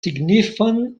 signifan